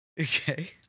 Okay